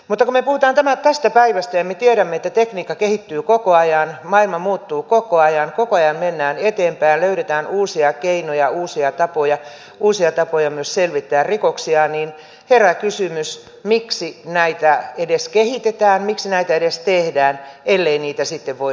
kun me puhumme tästä päivästä ja me tiedämme että tekniikka kehittyy koko ajan maailma muuttuu koko ajan koko ajan mennään eteenpäin löydetään uusia keinoja uusia tapoja uusia tapoja myös selvittää rikoksia niin herää kysymys miksi näitä edes kehitetään miksi näitä edes tehdään ellei niitä sitten voida käyttää